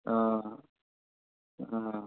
অঁ অঁ